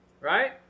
right